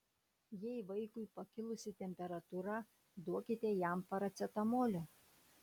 jei vaikui pakilusi temperatūra duokite jam paracetamolio